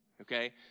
Okay